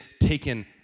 taken